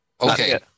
Okay